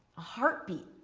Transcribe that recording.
ah heartbeat,